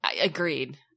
Agreed